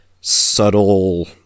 subtle